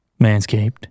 Manscaped